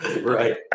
right